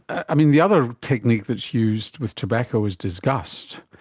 i mean, the other technique that is used with tobacco is disgust,